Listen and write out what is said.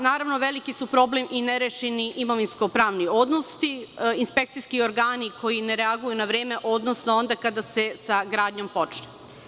Naravno, veliki su problem i nerešeni imovinsko-pravni odnosi, inspekcijski organi koji ne reaguju na vreme, odnosno onda kada se sa gradnjom počne.